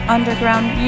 Underground